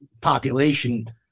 population